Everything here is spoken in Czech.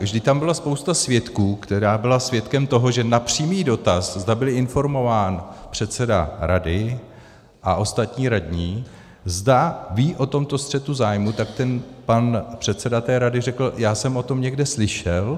Vždyť tam byla spousta svědků, která byla svědkem toho, že na přímý dotaz, zda byl informován předseda rady a ostatní radní, zda ví o tomto střetu zájmů, tak pan předseda rady řekl já jsem o tom někde slyšel.